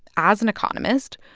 as an economist,